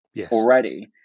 already